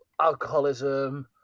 alcoholism